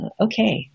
Okay